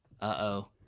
Uh-oh